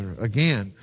again